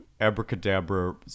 Abracadabra